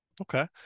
Okay